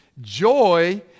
Joy